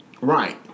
Right